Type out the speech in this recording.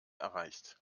erreicht